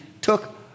took